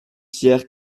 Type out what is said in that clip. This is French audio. pierre